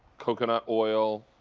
coconut oil,